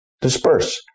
disperse